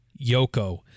Yoko